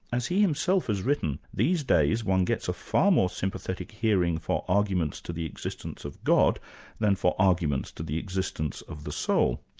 as he himself has written, these days, one gets a far more sympathetic hearing for arguments to the existence of god than for arguments to the existence of the soul.